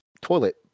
toilet